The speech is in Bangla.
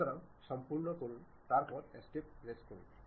সুতরাং প্রথম ওটার সঙ্গে অবিলম্ব